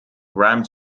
rhymes